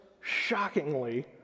shockingly